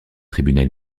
tribunal